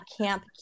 Camp